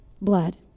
Blood